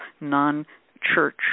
non-church